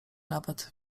nawet